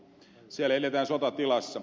siellä eletään sotatilassa